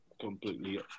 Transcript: completely